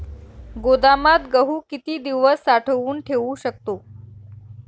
गोदामात गहू किती दिवस साठवून ठेवू शकतो?